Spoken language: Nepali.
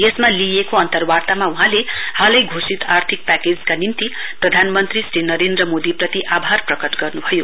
यसमा लिइएको अन्तवार्तामा वहाँले हालै घोषित आर्थिक प्याकेजका निम्ति प्रधानमन्त्री श्री नरेन्द्र मोदी प्रति आभार प्रकट गर्नुभयो